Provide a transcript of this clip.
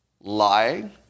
Lying